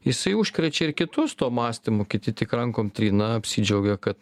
jisai užkrečia ir kitus tuo mąstymu kiti tik rankom trina apsidžiaugia kad